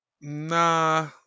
nah